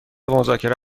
مذاکره